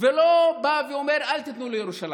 ולא בא ואומר: אל תיתנו לירושלים.